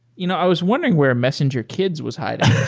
you know i was wondering where messenger kids was hiding.